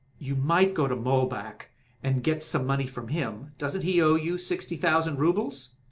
you might go to mulbach and get some money from him doesn't he owe you sixty thousand roubles?